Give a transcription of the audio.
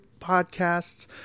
podcasts